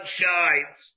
shines